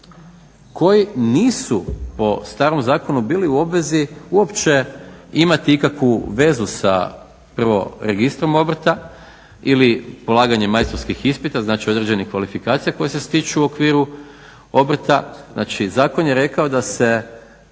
koji nisu po starom zakonu bili u obvezi uopće imati ikakvu vezu sa prvo registrom obrta ili polaganjem majstorskih ispita, znači određenih kvalifikacija koje se stiću u okviru obrta. Znači, zakon je rekao da se